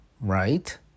Right